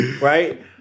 right